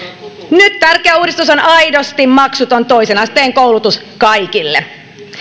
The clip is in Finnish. nyt tärkeä uudistus olisi aidosti maksuton toisen asteen koulutus kaikille